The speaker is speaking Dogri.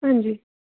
हां जी